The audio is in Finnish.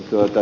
sirnölle